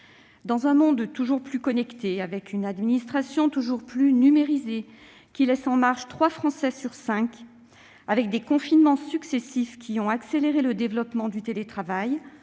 Dans un monde toujours plus connecté, avec une administration toujours plus numérisée qui laisse en marge trois Français sur cinq, avec des confinements successifs, qui ont accéléré le développement du télétravail,